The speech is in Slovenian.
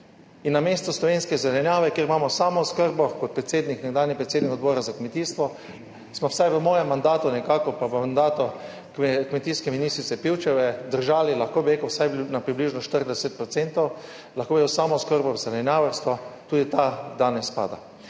in namesto slovenske zelenjave, kjer imamo samooskrbo, kot predsednik, nekdanji predsednik Odbora za kmetijstvo, smo vsaj v mojem mandatu nekako, pa v mandatu kmetijske ministrice Pivčeve, držali vsaj na približno 40 % samooskrbo v zelenjadarstvu. Tudi ta danes pada.